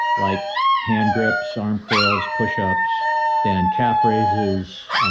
like hand grips, arm curls, push-ups then calf raises,